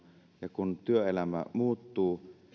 ja kun työelämä muuttuu